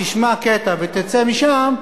תשמע קטע ותצא משם,